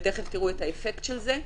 ותיכף תראו את האפקט של זה,